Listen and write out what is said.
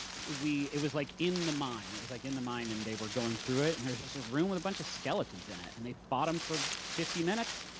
it was like in the mine. it was like in the mine and they were going through it, and there was just a room with a bunch of skeletons in it, and they fought em for fifty minutes,